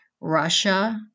Russia